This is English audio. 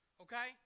Okay